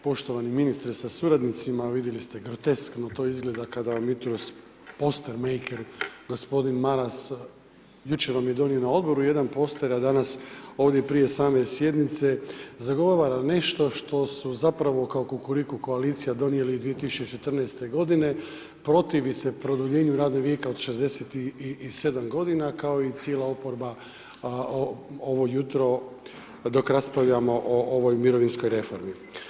Poštovani ministre sa suradnicima, vidjeli ste groteskno to izgleda kada vam jutros poster maker gospodin Maras, jučer vam je donio na odboru jedan poster a danas ovdje prije same sjednice zagovara, nešto što su zapravo kao Kukuriku koalicija donijeli 2014. g., protivi se produljenju radnog vijeka od 67 g. kao i cijela oporba ovo jutro dok raspravljamo o ovoj mirovinskoj reformi.